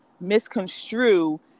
misconstrue